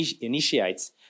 initiates